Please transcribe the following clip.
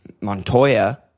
Montoya